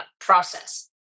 process